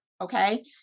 Okay